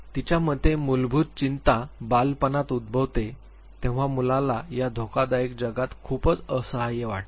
तिच्या मते मूलभूत चिंता बालपणात उद्भवते जेव्हा मुलाला या धोकादायक जगात खूपच असहाय्य वाटते